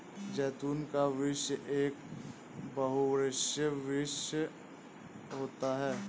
जैतून का वृक्ष एक बहुवर्षीय वृक्ष होता है